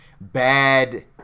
bad